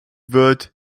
wird